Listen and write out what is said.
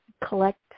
collect